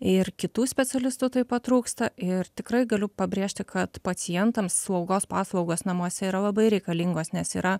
ir kitų specialistų taip pat trūksta ir tikrai galiu pabrėžti kad pacientams slaugos paslaugos namuose yra labai reikalingos nes yra